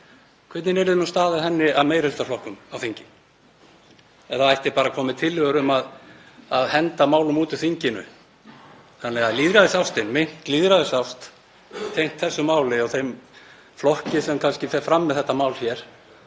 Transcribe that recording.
hvernig yrði staðið að henni af meirihlutaflokkunum á þingi ef það ætti bara að koma með tillögur um að henda málum út úr þinginu? Þannig að lýðræðisástin, meint lýðræðisást tengd þessu máli og þeim flokki sem fer fram með þetta mál hér,